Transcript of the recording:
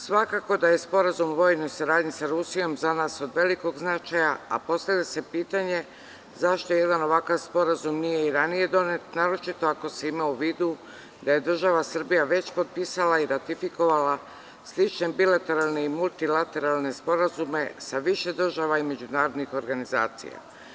Svakako da je Sporazum o vojnoj saradnji sa Rusijom za nas od velikog značaja, a postavlja se pitanje – zašto jedan ovakav sporazum nije i ranije donet, naročito ako se ima u vidu da je država Srbija već potpisala i ratifikovala slične bilateralne i multilateralne sporazume sa više država i međunarodnih organizacija?